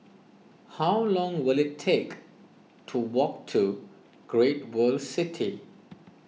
how long will it take to walk to Great World City